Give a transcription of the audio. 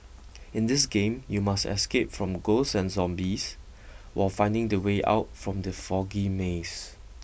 in this game you must escape from ghosts and zombies while finding the way out from the foggy maze